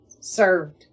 served